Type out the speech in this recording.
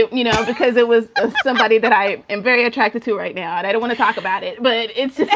you know, because it was somebody that i am very attracted to right now. and i don't want to talk about it, but it's it's